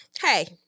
Hey